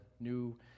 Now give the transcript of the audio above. new